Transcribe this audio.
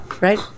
Right